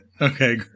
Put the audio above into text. Okay